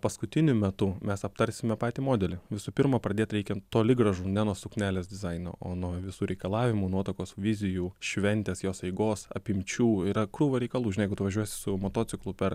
paskutiniu metu mes aptarsime patį modelį visų pirma pradėt reikia toli gražu ne nuo suknelės dizaino o nuo visų reikalavimų nuotakos vizijų šventės jos eigos apimčių yra krūva reikalų žinai jeigu tu važiuosi su motociklu per